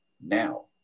now